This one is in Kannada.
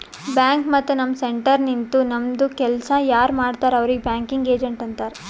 ಬ್ಯಾಂಕ್ ಮತ್ತ ನಮ್ ಸೆಂಟರ್ ನಿಂತು ನಮ್ದು ಕೆಲ್ಸಾ ಯಾರ್ ಮಾಡ್ತಾರ್ ಅವ್ರಿಗ್ ಬ್ಯಾಂಕಿಂಗ್ ಏಜೆಂಟ್ ಅಂತಾರ್